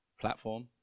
platform